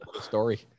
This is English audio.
Story